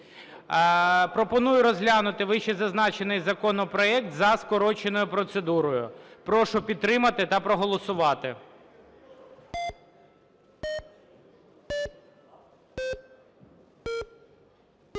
Пропоную розглянути вище зазначений законопроект за скороченою процедурою. Прошу підтримати та проголосувати.